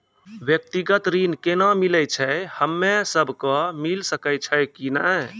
व्यक्तिगत ऋण केना मिलै छै, हम्मे सब कऽ मिल सकै छै कि नै?